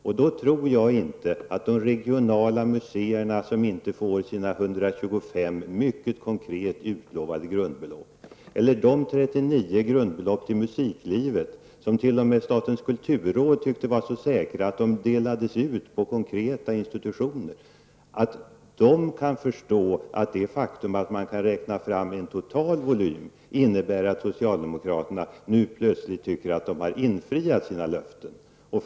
Jag tror inte att de regionala muséerna som inte får sina 125 grundbelopp, som var mycket konkret utlovade, kan förstå att det faktum att man kan räkna fram en total volym innebär att socialdemokraterna nu plötsligt tycker att de har infriat sina löften. Det gäller även de 39 grundbelopp till musiklivet som t.o.m. statens kulturråd tyckte var så säkra att de delades ut till konkreta institutioner.